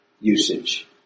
usage